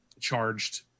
charged